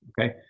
okay